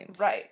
right